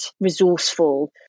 resourceful